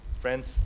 Friends